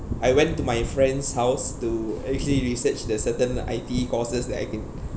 I went to my friend's house to actually research the certain I_T_E courses that I can